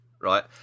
right